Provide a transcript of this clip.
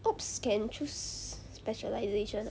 ops can choose specialisation